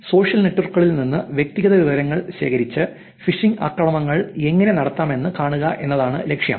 social നെറ്റ്വർക്കുകളിൽ നിന്ന് വ്യക്തിഗത വിവരങ്ങൾ ശേഖരിച്ച് ഫിഷിംഗ് ആക്രമണങ്ങൾ എങ്ങനെ നടത്താമെന്ന് കാണുക എന്നതാണ് ലക്ഷ്യം